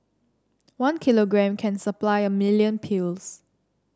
one kilogram can supply a million pills